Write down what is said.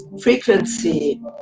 frequency